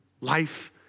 life